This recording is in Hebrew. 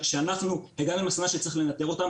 שאנחנו הגענו למסקנה שצריך לנטר אותם,